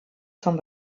zum